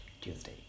Tuesday